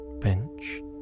bench